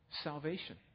salvation